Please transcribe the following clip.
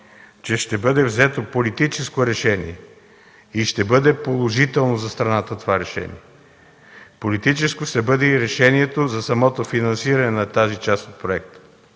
че ще бъде взето политическо решение и това решение ще бъде положително за страната. Политическо ще бъде и решението за самото финансиране на тази част от проекта.